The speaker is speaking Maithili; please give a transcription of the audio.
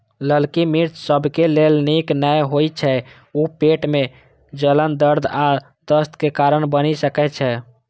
ललकी मिर्च सबके लेल नीक नै होइ छै, ऊ पेट मे जलन, दर्द आ दस्त के कारण बनि सकै छै